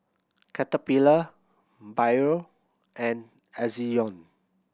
Caterpillar Biore and Ezion